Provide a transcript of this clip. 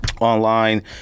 Online